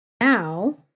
Now